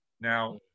Now